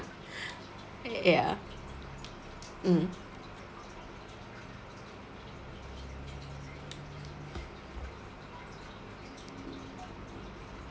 ya mm